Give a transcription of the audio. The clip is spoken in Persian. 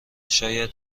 شاید